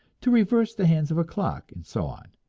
to reverse the hands of a clock, and so on.